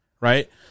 right